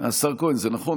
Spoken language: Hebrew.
--- השר כהן, זה נכון.